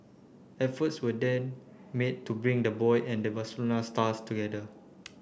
efforts were then made to bring the boy and the Barcelona star together